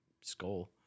skull